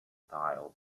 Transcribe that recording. tile